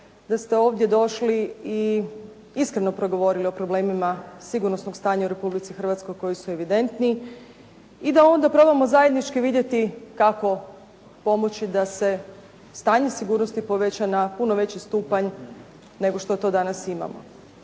da ste ovdje došli i iskreno progovorili o problemima sigurnosnog stanja u Republici Hrvatskoj koji su evidentni i da onda probamo zajednički vidjeti kako pomoći da se stanje sigurnosti poveća na puno veći stupanj nego što to danas imamo.